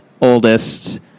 oldest